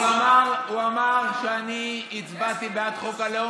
הוא אמר שאני הצבעתי בעד חוק הלאום.